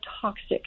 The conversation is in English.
toxic